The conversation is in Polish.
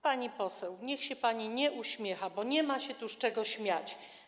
Pani poseł, niech się pani nie uśmiecha, bo nie ma się tu z czego śmiać.